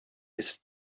his